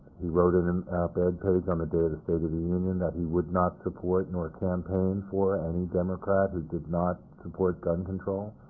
he wrote in an op-ed and page on the day of the state of the union that he would not support nor campaign for any democrat who did not support gun control,